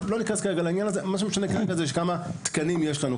מה שמשנה כרגע זה כמה תקנים יש לנו.